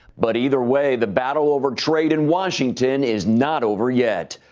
but either way, the battle over trade in washington is not over yet.